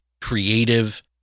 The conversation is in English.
creative